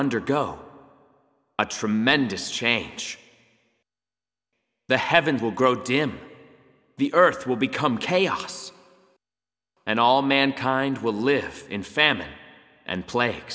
undergo a tremendous change the heavens will grow dim the earth will become chaos and all mankind will live in famine and play